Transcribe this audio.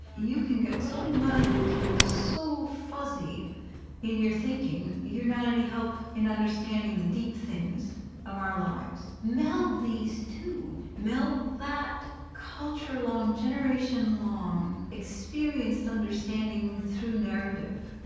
you can get so muddied, so fuzzy in your thinking you're not any help in understanding the deep things of our lives. meld these two. meld that culture-long, generation-long experienced understanding through narrative